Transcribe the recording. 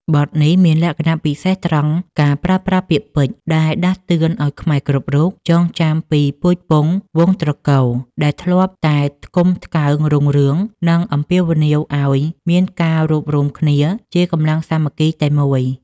បទនេះមានលក្ខណៈពិសេសត្រង់ការប្រើប្រាស់ពាក្យពេចន៍ដែលដាស់តឿនឱ្យខ្មែរគ្រប់រូបចងចាំពីពូជពង្សវង្សត្រកូលដែលធ្លាប់តែថ្កុំថ្កើងរុងរឿង និងអំពាវនាវឱ្យមានការរួបរួមគ្នាជាកម្លាំងសាមគ្គីតែមួយ។